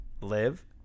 live